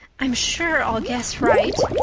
i'm sure i'll guess right.